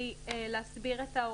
בתור